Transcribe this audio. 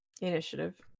Initiative